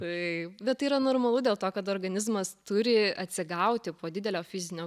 taip bet tai yra normalu dėl to kad organizmas turi atsigauti po didelio fizinio